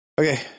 Okay